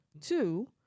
Two